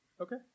Okay